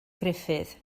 gruffudd